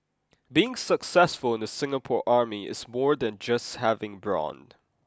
being successful in the Singapore Army is more than just having brawn